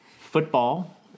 football